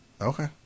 Okay